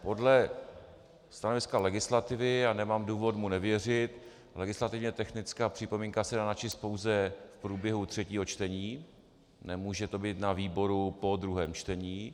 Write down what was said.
Podle stanoviska legislativy, a nemám důvod mu nevěřit, legislativně technická připomínka se dá načíst pouze v průběhu třetího čtení, nemůže to být na výboru po druhém čtení.